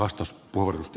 arvoisa puhemies